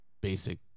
basic